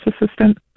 assistant